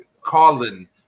Colin